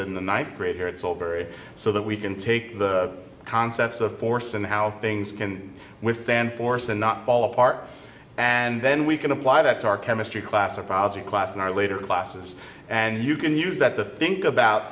ninth grade here it's all very so that we can take the concepts of force and how things can withstand force and not fall apart and then we can apply that to our chemistry class or fozzy class in our later classes and you can use that the think about